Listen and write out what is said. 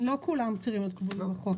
לא כולם צריכים להיות קבועים בחוק.